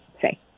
say